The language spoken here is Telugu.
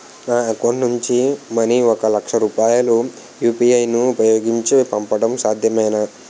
నా అకౌంట్ నుంచి మనీ ఒక లక్ష రూపాయలు యు.పి.ఐ ను ఉపయోగించి పంపడం సాధ్యమా?